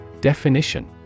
Definition